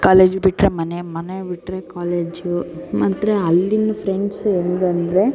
college ಬಿಟ್ಟರೆ ಮನೆ ಮನೆ ಬಿಟ್ಟರೆ ಕಾಲೇಜು ಮಾತ್ರ ಅಲ್ಲಿನ ಫ್ರೆಂಡ್ಸು ಹೆಂಗಂದ್ರೆ